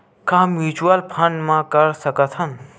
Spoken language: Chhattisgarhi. का म्यूच्यूअल फंड म कर सकत हन?